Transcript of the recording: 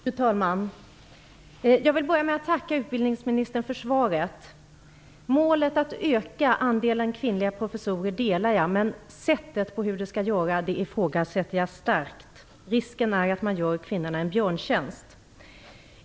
Fru talman! Jag vill börja med att tacka utbildningsministern för svaret. Målet att öka andelen kvinnliga professorer delar jag, men sättet som det skall göras på ifrågasätter jag starkt. Risken är att man gör kvinnorna en björntjänst.